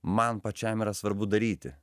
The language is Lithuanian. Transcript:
man pačiam yra svarbu daryti